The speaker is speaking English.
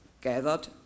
gathered